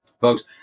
folks